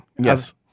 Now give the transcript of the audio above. Yes